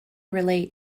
relate